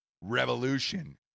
REVOLUTION